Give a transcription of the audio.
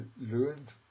learned